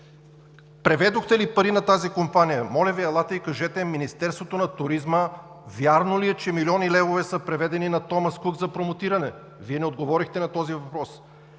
преведохте ли пари на тази компания? Моля Ви, от Министерството на туризма елате и кажете: вярно ли е, че милиони левове са преведени на „Томас Кук“ за промотиране?! Вие не отговорихте на този въпрос.